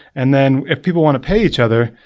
and then if people want to pay each other,